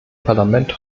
parlament